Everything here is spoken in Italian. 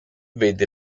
vede